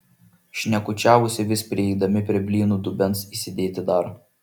šnekučiavosi vis prieidami prie blynų dubens įsidėti dar